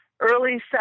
early